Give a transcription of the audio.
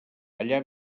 allà